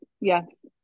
Yes